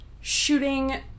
shooting